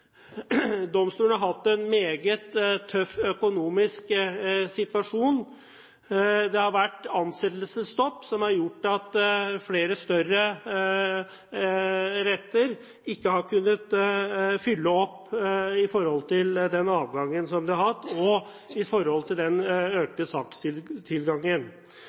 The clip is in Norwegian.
Domstolene har hatt en meget tøff økonomisk situasjon. Det har vært ansettelsesstopp, som har gjort at flere større retter ikke har kunnet fylle opp i forhold til den avgangen som de har hatt, og i forhold til den økte